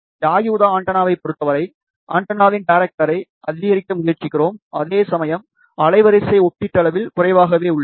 யாகி Uda ஆண்டெனாவைப் பொறுத்தவரை ஆண்டெனாவின் டேரைக்டரை அதிகரிக்க முயற்சிக்கிறோம் அதேசமயம் அலைவரிசை ஒப்பீட்டளவில் குறைவாகவே உள்ளது